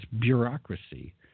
bureaucracy